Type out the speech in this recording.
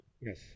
Yes